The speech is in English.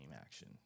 action